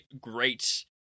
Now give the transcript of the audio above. great